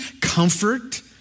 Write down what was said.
comfort